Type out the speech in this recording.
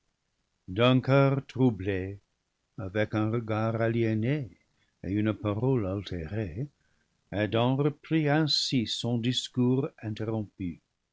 coeur troublé avec un regard aliéné et une parole altérée adam reprit ainsi son discours interrompu